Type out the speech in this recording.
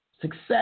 success